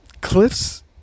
Cliff's